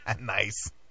Nice